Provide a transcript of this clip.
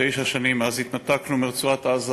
תשע שנים מאז התנתקנו מרצועת-עזה,